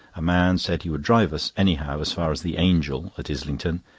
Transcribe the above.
a man said he would drive us, anyhow, as far as the angel, at islington,